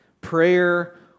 Prayer